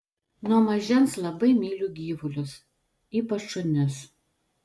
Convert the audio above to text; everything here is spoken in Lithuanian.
nuo mažens labai myliu gyvulius ypač šunis